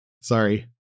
Sorry